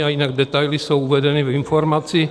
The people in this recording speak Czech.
A jinak detaily jsou uvedeny v informaci.